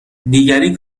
دیگری